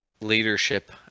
leadership